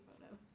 photos